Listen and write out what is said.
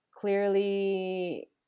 Clearly